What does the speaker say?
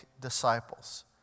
disciples